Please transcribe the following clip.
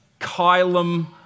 Kylam